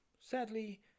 sadly